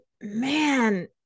man